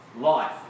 Life